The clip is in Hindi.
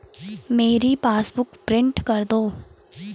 मेरी पासबुक प्रिंट कर दो